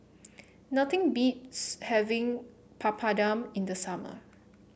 nothing beats having Papadum in the summer